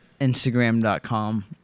instagram.com